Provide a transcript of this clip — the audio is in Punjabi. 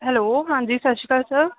ਹੈਲੋ ਹਾਂਜੀ ਸਤਿ ਸ਼੍ਰੀ ਅਕਾਲ ਸਰ